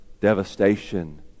devastation